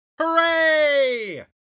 Hooray